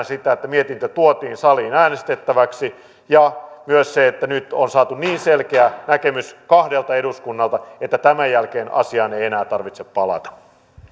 sitä että mietintö tuotiin saliin äänestettäväksi ja myös sitä että nyt on saatu niin selkeä näkemys kahdelta eduskunnalta että tämän jälkeen asiaan ei ei enää tarvitse palata